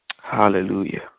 Hallelujah